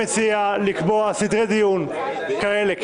מציע לקבוע סדרי דיון כאלה,